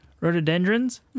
Rhododendrons